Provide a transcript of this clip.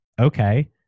Okay